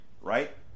right